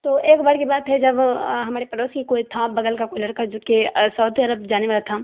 تو ایک بار کی بات ہے جب ہمارے پڑوسی کوئی تھا بغل کا کوئی لڑکا جو کہ سعودی عڑب جانے والا تھا